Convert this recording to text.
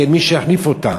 כי אין מי שיחליף אותה.